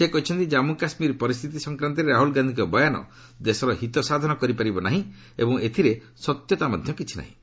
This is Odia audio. ସେ କହିଛନ୍ତି ଜାମ୍ମୁ କାଶ୍ମୀର ପରିସ୍ଥିତି ସଂକ୍ରାନ୍ତରେ ରାହୁଲ ଗାନ୍ଧିଙ୍କ ବୟାନ ଦେଶର ହିତ ସାଧନ କରିପାରିବ ନାହିଁ ଏବଂ ଏଥିରେ ସତ୍ୟତା କିଛି ନାହିଁ